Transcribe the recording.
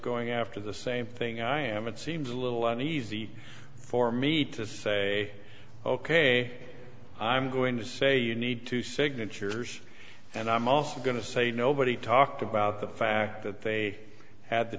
going after the same thing i am it seems a little uneasy for me to say ok i'm going to say you need two signatures and i'm also going to say nobody talked about the fact that they had the